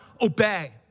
obey